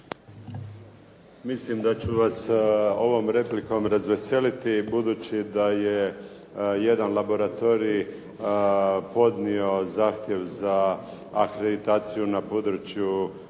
Mislim da ću vas ovom replikom razveseliti budući da je jedan laboratorij podnio zahtjev za akreditacijom na području